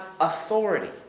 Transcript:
authority